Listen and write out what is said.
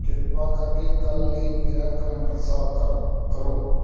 ਕਿਰਪਾ ਕਰਕੇ ਕੱਲ੍ਹ ਲਈ ਮੇਰਾ ਕੈਲੰਡਰ ਸਾਫ਼ ਕਰ ਕਰੋ